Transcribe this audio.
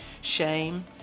shame